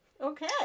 Okay